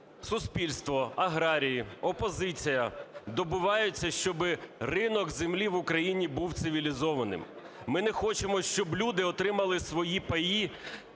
суспільство, аграрії, опозиція добиваються, щоби ринок землі в Україні був цивілізованим. Ми не хочемо, щоб люди отримали свої паї…